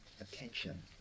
attention